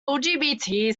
lgbt